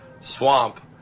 swamp